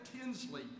Tinsley